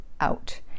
out